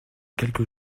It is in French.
quelques